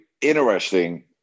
interesting